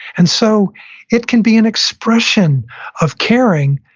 and so it can be an expression of caring,